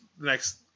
next –